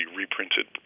reprinted